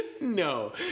No